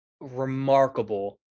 remarkable